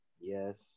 yes